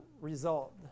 result